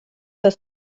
das